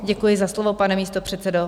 Děkuji za slovo, pane místopředsedo.